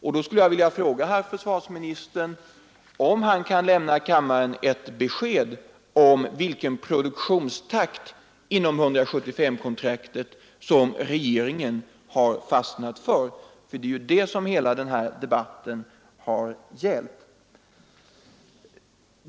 Jag skulle vilja fråga försvarsministern om han kan lämna kammaren ett besked om vilken produktionstakt inom 175-kontraktet som regeringen har fastnat för. Det är det som denna fråga gäller.